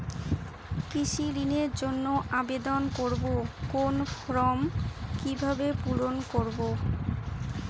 কৃষি ঋণের জন্য আবেদন করব কোন ফর্ম কিভাবে পূরণ করব?